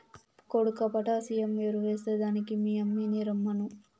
కొడుకా పొటాసియం ఎరువెస్తే దానికి మీ యమ్మిని రమ్మను